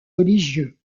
religieux